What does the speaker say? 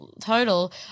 total